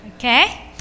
Okay